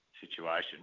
situation